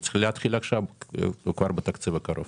וצריך להתחיל עכשיו כבר בתקציב הקרוב.